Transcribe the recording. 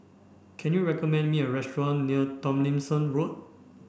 can you recommend me a restaurant near Tomlinson Road